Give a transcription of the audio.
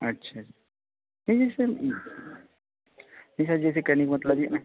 अच्छा नहीं नहीं सर यह है जैसे कहने का मतलब यह ना